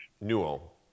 Newell